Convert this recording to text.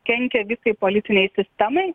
kenkia visai politinei sistemai